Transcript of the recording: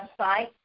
website